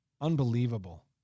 Unbelievable